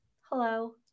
hello